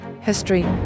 history